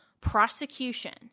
prosecution